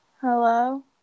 Hello